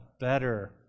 better